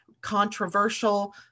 controversial